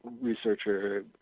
researcher